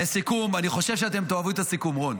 אני חושב שאתם תאהבו את הסיכום, רון,